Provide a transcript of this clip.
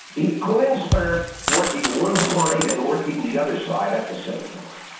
he couldn't stop working one side and working the other side at the same time.